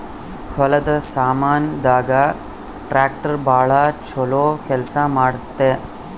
ಹೊಲದ ಸಾಮಾನ್ ದಾಗ ಟ್ರಾಕ್ಟರ್ ಬಾಳ ಚೊಲೊ ಕೇಲ್ಸ ಮಾಡುತ್ತ